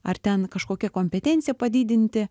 ar ten kažkokią kompetenciją padidinti